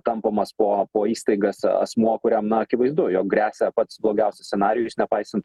tampomas po po įstaigas asmuo kuriam akivaizdu jog gresia pats blogiausias scenarijus nepaisant